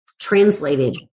translated